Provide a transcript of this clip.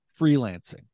freelancing